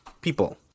people